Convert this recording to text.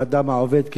כפי שאמרתי,